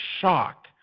shock